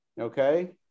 Okay